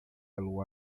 pelo